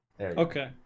Okay